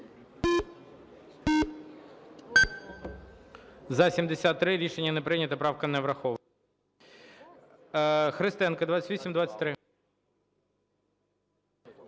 За-72 Рішення не прийнято. Правка не врахована.